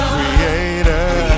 Creator